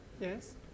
Yes